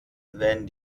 wenn